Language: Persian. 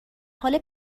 حال